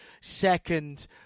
second